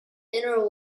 inner